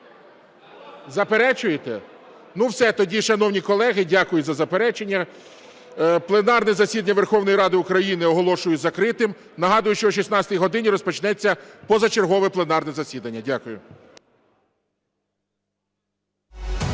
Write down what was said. Заперечуєте? Все, тоді, шановні колеги, дякую за заперечення. Пленарне засідання Верховної Ради України оголошую закритим. Нагадую, що о 16 годині розпочнеться позачергове пленарне засідання. Дякую.